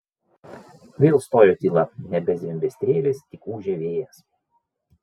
vėl stojo tyla nebezvimbė strėlės tik ūžė vėjas